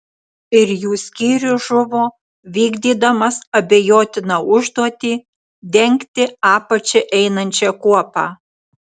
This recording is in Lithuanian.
ir jų skyrius žuvo vykdydamas abejotiną užduotį dengti apačia einančią kuopą